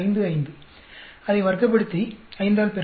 55 அதை வர்க்கப்படுத்தி 5 ஆல் பெருக்கவும்